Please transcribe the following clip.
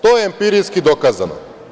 To je empirijski dokazano.